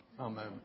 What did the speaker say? Amen